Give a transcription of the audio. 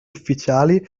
ufficiali